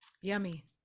Yummy